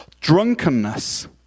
drunkenness